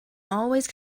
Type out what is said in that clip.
always